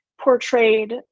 portrayed